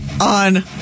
on